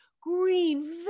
green